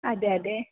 ಅದೆ ಅದೆ